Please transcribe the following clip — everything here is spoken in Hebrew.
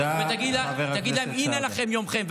ותגיד להם: הינה לכם יומכם.